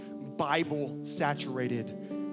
Bible-saturated